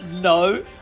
no